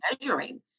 measuring